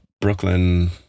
Brooklyn